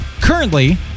Currently